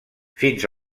fins